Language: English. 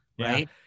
right